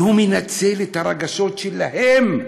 והוא מנצל את הרגשות שלהם.